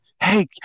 hey